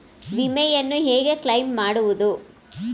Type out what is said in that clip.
ವಿಮೆಯನ್ನು ಹೇಗೆ ಕ್ಲೈಮ್ ಮಾಡುವುದು?